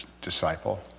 disciple